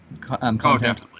content